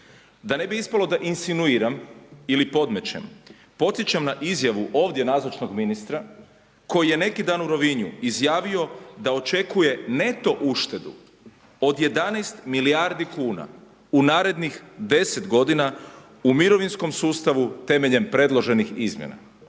Da ne bi ispalo da insinuiram ili podmećem podsjećam na izjavu ovdje nazočnog ministra koji je neki dan u Rovinju izjavio da očekuje neto uštedu od 11 milijardi kuna u narednih 10 godina u mirovinskom sustavu temeljem predloženih izmjena.